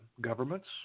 governments